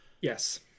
yes